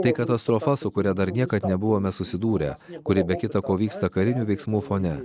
tai katastrofa su kuria dar niekad nebuvome susidūrę kuri be kita ko vyksta karinių veiksmų fone